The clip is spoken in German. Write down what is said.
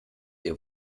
ihr